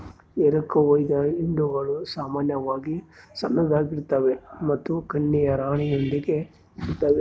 ಎರಕಹೊಯ್ದ ಹಿಂಡುಗಳು ಸಾಮಾನ್ಯವಾಗಿ ಸಣ್ಣದಾಗಿರ್ತವೆ ಮತ್ತು ಕನ್ಯೆಯ ರಾಣಿಯೊಂದಿಗೆ ಇರುತ್ತವೆ